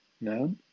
No